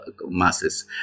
masses